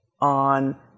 on